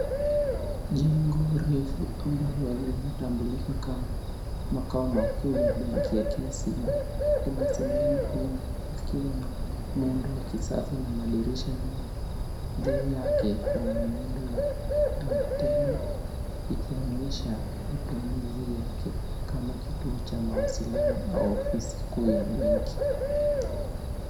Jengo refu ambalo linatambulika kama makao makuu ya benki ya KCB linasimama wima likiwa na muundo wa kisasa na madirisha mengi. Juu yake kuna miundo ya antena ikionyesha matumizi yake kama kituo cha mawasiliano au ofisi kuu ya benki.